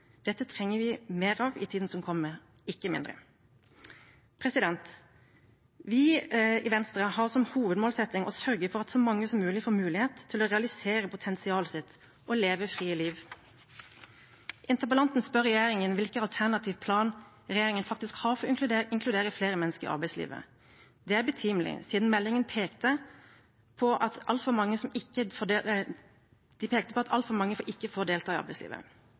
Dette trenger vi mer av i tiden som kommer, ikke mindre. Vi i Venstre har som hovedmålsetting å sørge for at så mange som mulig får mulighet til å realisere potensialet sitt og leve frie liv. Interpellanten spør regjeringen hvilken alternativ plan regjeringen faktisk har for å inkludere flere mennesker i arbeidslivet. Det er betimelig, siden meldingen pekte på at altfor mange ikke